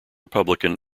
republican